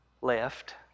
left